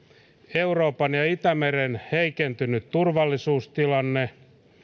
euroopan ja ja itämeren heikentynyt turvallisuustilanne